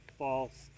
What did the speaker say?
false